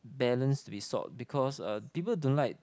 balance resort because uh people don't like